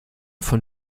von